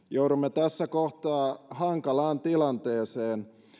joudumme tässä kohtaa hankalaan tilanteeseen